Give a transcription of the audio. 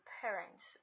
parents